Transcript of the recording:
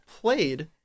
played